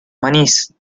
manís